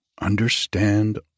understand